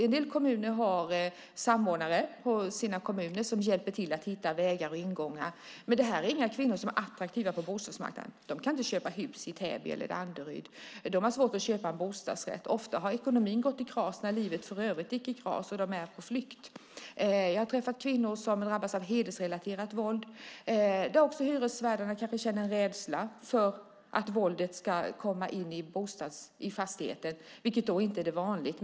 En del kommuner har samordnare som hjälper till att hitta vägar och ingångar. Det här är inga kvinnor som är attraktiva på bostadsmarknaden. De kan inte köpa hus i Täby eller Danderyd och har svårt att köpa en bostadsrätt. Ofta har ekonomin gått i kras när livet i övrigt gick i kras, och de är på flykt. Jag har träffat kvinnor som har drabbats av hedersrelaterat våld. Hyresvärdarna kanske känner en rädsla för att våldet ska komma in i fastigheten, vilket inte är vanligt.